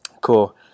Cool